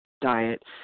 diet